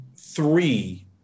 Three